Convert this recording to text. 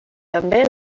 també